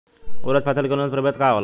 उरद फसल के उन्नत प्रभेद का होला?